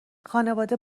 خانواده